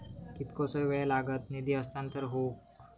कितकोसो वेळ लागत निधी हस्तांतरण हौक?